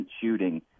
shooting